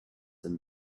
and